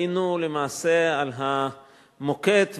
היינו למעשה על המוקד,